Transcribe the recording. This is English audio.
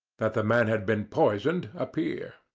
that the man had been poisoned, appear.